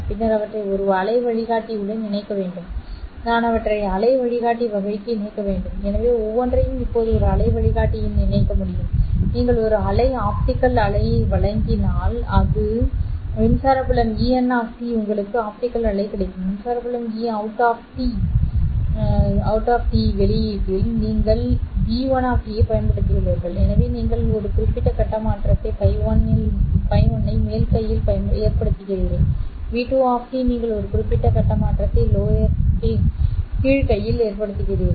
பின்னர் அவற்றை ஒரு அலை வழிகாட்டியுடன் இணைக்க வேண்டும் நான் அவற்றை அலை வழிகாட்டி வகைக்கு இணைக்க வேண்டும் எனவே ஒவ்வொன்றையும் இப்போது ஒரு அலை வழிகாட்டியுடன் இணைக்க முடியும் நீங்கள் ஒரு அலை ஆப்டிகல் அலையை வழங்கினால் அது மின்சார புலம் En உங்களுக்கு ஆப்டிகல் அலை கிடைக்கும் மின்சார புலம் Eout வெளியீட்டில் நீங்கள் v1 ஐப் பயன்படுத்தியுள்ளீர்கள் எனவே நீங்கள் ஒரு குறிப்பிட்ட கட்ட மாற்றத்தை Ф1 ஐ மேல் கையில் ஏற்படுத்துகிறீர்கள் v2 நீங்கள் ஒரு குறிப்பிட்ட கட்ட மாற்றத்தை lower2 கீழ் கையில் ஏற்படுத்துகிறீர்கள்